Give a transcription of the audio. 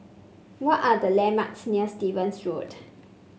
what are the landmarks near Stevens Road